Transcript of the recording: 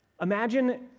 Imagine